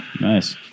nice